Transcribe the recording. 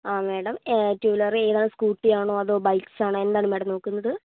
ആ madam two wheeler ഏതാണ് Scooty ആണോ അതോ ബൈക്ക്സ് ആണോ എന്താണ് മാഡം നോക്കുന്നത്